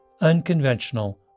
unconventional